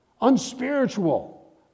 unspiritual